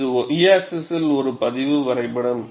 இது y axis ஒரு பதிவு வரைபடம்